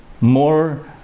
More